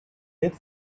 death